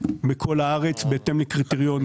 הארץ בהתאם לקריטריונים.